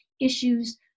issues